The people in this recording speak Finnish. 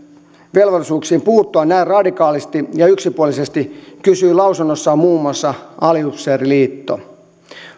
velvollisuuksiin puuttua näin radikaalisti ja yksipuolisesti kysyy lausunnossaan muun muassa aliupseeriliitto